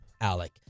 Alec